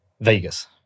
Vegas